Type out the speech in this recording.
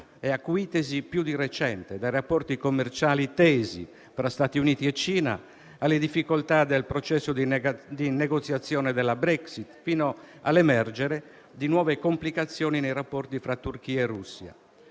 e acuitesi di recente: dai rapporti commerciali tesi tra Stati Uniti e Cina, alle difficoltà del processo di negoziazione della Brexit, fino all'emergere di nuove complicazioni nei rapporti fra Turchia e Russia.